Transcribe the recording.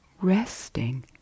Resting